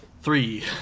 Three